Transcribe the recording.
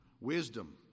wisdom